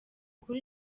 ukuri